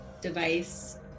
device